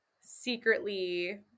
secretly